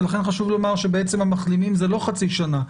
ולכן חשוב לומר שבעצם המחלימים זה לא חצי שנה,